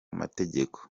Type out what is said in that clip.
mategeko